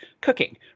cooking